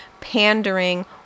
pandering